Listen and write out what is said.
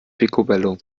picobello